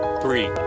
three